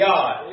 God